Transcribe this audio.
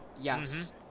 Yes